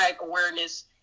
awareness